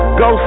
go